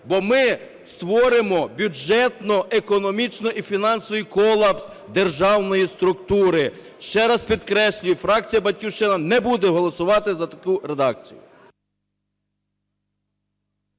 бо ми створимо бюджетний, економічний і фінансовий колапс державної структури. Ще раз підкреслюю, фракція "Батьківщина" не буде голосувати за таку редакцію.